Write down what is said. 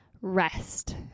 rest